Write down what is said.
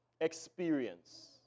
experience